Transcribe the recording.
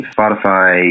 Spotify